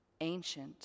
ancient